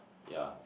yeah